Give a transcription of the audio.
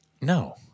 No